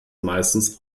meistens